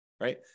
right